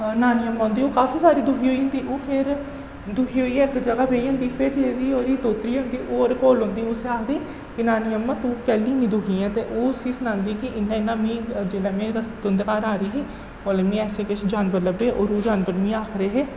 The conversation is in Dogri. नानी अम्मां होंदी ओह् काफी सारी दुखी होई जंदी ओह् फिर दुखी होइयै इक जगह बेही जंदी फिर जेह्ड़ी ओह्दी दोह्तरी ऐ ओह् ओह्दे कोल औंदी उसी आखदी कि नानी अम्मां तूं कैह्ली इन्नी दुखी ऐं ते ओह् उसी सनांदी कि इ'यां इ'यां मीं जिसलै मे रस तुंदे घर आ दी ही औल्लै मिगी ऐसे किश जानवर लब्भे ओह् जानवर मिगी आक्खै दे हे